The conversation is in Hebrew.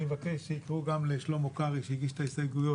אני מבקש שיקראו גם לשלמה קרעי שהגיש את ההסתייגויות,